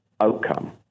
outcome